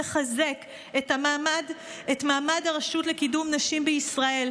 לחזק את מעמד הרשות לקידום נשים בישראל.